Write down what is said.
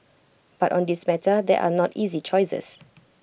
but on this matter there are not easy choices